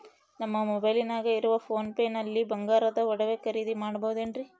ನಮ್ಮ ಮೊಬೈಲಿನಾಗ ಇರುವ ಪೋನ್ ಪೇ ನಲ್ಲಿ ಬಂಗಾರದ ಒಡವೆ ಖರೇದಿ ಮಾಡಬಹುದೇನ್ರಿ?